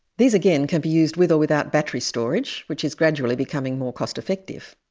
these, again, can be used with or without battery storage, which is gradually becoming more cost-effective.